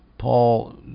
Paul